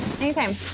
Anytime